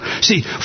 See